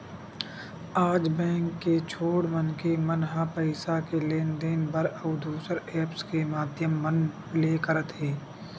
आज बेंक के छोड़ मनखे मन ह पइसा के लेन देन बर अउ दुसर ऐप्स के माधियम मन ले करत हे